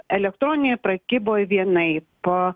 elektroninėj prekyboj vienaip